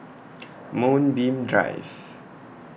Moonbeam Drive